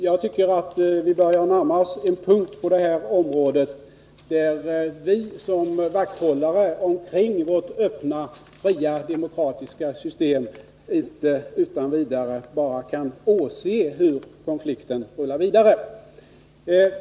Jag tycker att vi börjar närma oss en punkt där vi som vakthållare av vårt öppna och fria demokratiska system inte utan vidare kan åse hur konflikten rullar vidare.